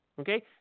Okay